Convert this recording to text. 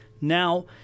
now